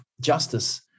justice